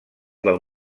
del